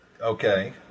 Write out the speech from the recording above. Okay